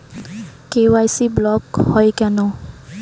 KYC block হয় কেনে?